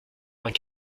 vingt